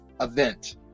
Event